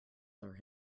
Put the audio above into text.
lure